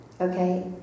okay